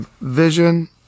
vision